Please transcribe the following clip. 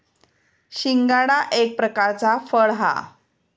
शिंगाडा एक प्रकारचा फळ हा